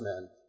men